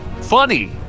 Funny